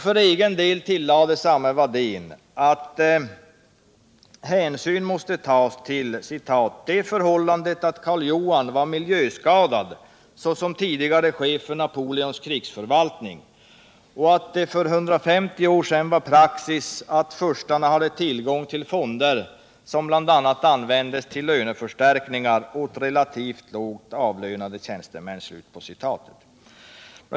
För egen del tillade Wadén att hänsyn måste tas till ”det förhållandet att Karl Johan var miljöskadad såsom tidigare chef för en Napoleons krigsförvaltning och att det för 150 år sedan var praxis att furstarna hade tillgång till fonder som bl.a. användes till ”löneförstärkningar” åt relativt lågt avlönade tjänstemän”.